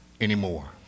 anymore